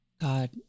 God